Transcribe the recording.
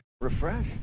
Refresh